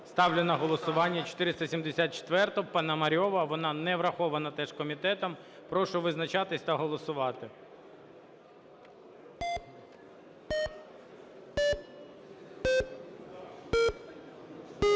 Ставлю на голосування 474-у Пономарьова, вона не врахована теж комітетом. Прошу визначатись та голосувати.